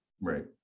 Right